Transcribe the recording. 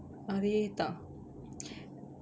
அதையே தான்:athaiyae thaan